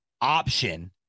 option